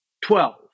Twelve